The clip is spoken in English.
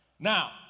Now